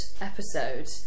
episode